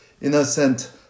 innocent